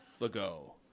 ago